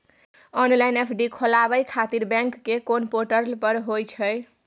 Online FD खोलाबय खातिर bank के कोन पोर्टल पर होए छै?